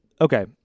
okay